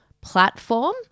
platform